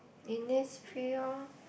in this field